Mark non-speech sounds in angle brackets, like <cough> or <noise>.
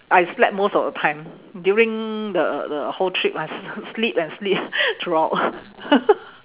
I slept most of the time during the the whole trip I s~ sleep and sleep <laughs> throughout <laughs>